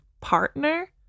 partner